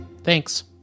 Thanks